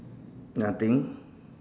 nothing